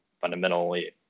fundamentally